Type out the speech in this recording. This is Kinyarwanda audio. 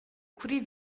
kuri